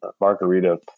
margarita